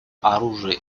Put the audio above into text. оружия